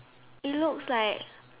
it looks like